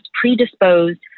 predisposed